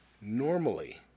normally